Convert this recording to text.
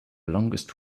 longest